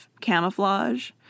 camouflage